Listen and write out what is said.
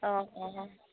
অঁ অঁ